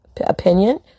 opinion